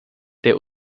der